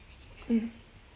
mm